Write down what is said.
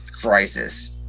crisis